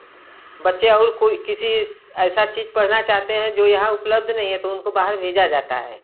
बच्चे और कोई किसी ऐसा चीज़ पढ़ना चाहते हैं जो यहाँ उपलब्ध नहीं है तो उनको बाहर भेजा जाता है